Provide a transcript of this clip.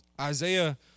Isaiah